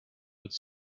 would